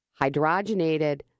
hydrogenated